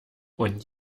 und